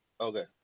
Okay